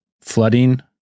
flooding